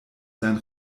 sein